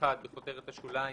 " (1)בכותרת השוליים,